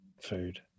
food